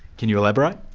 can you elaborate?